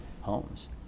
homes